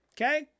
Okay